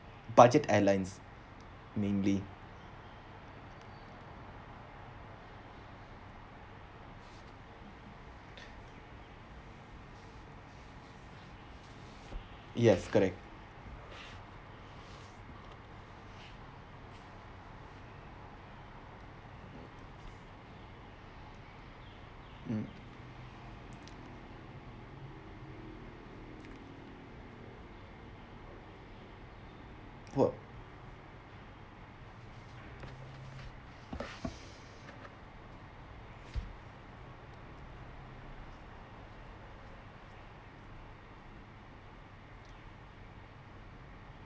budget airlines mainly yes correct mm !whoa!